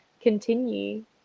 continue